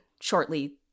shortly